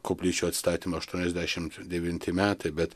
koplyčių atstatymą aštuoniasdešimt devinti metai bet